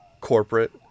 corporate